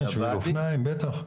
שביל אופניים, בטח.